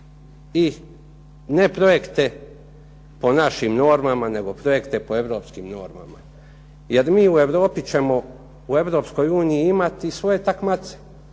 I ne projekte po našim normama, nego projekte po europskim normama. Jer mi u Europi ćemo u Europskoj uniji imati i svoje takmace.